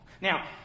Now